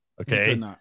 okay